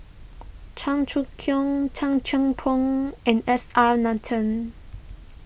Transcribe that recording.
Cheong Choong Kong Tan Cheng and S R Nathan